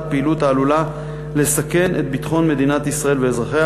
פעילות העלולה לסכן את ביטחון מדינת ישראל ואזרחיה,